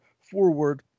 forward